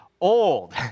old